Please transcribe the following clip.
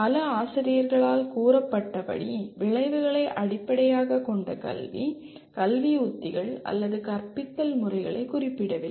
பல ஆசிரியர்களால் கூறப்பட்டபடி விளைவுகளை அடிப்படையாகக் கொண்ட கல்வி கல்வி உத்திகள் அல்லது கற்பித்தல் முறைகளைக் குறிப்பிடவில்லை